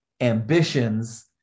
ambitions